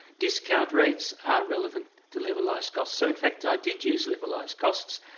discount rates are relevant to levelised costs so in fact i did use levelised costs,